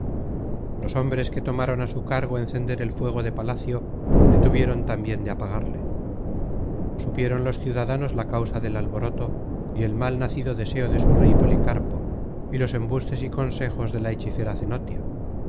los hombres que tomaron á su cargo encender el fuego de palacio le tuvieron tambien de apagarle supieron los ciudadanos la causa del alboroto y el mal nacido deseo de su rey policarpo y los embustes y consejos de la hechicera cenotia